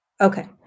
Okay